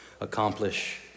accomplish